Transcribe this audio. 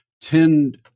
tend